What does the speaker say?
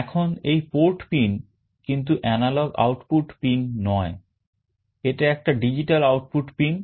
এখন এই port pin কিন্তু এনালগ আউটপুট pin নয় এটা একটা ডিজিটাল আউটপুট পিন